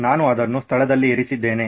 ನಾನು ಅದನ್ನು ಸ್ಥಳದಲ್ಲಿ ಇರಿಸಿದ್ದೇನೆ